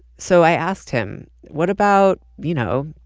so i asked him, what about, you know,